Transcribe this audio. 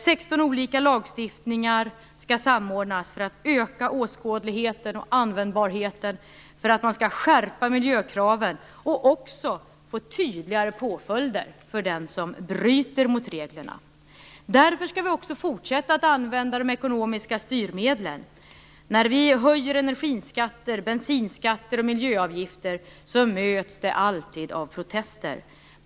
16 olika lagstiftningar skall samordnas så att åskådligheten och användbarheten ökas och miljökraven skärps. Och det skall också bli tydligare påföljder för den som bryter mot reglerna. Därför skall vi också fortsätta att använda de ekonomiska styrmedlen. När vi höjer energiskatter, bensinskatter och miljöavgifter möts det alltid av protester.